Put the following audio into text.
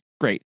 great